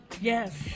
Yes